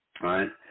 right